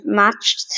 matched